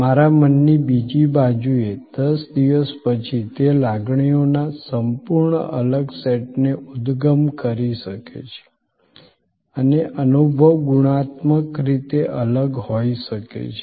મારા મનની બીજી બાજુએ 10 દિવસ પછી તે લાગણીઓના સંપૂર્ણ અલગ સેટને ઉદગમ કરી શકે છે અને અનુભવ ગુણાત્મક રીતે અલગ હોઈ શકે છે